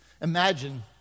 Imagine